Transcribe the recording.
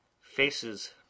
Faces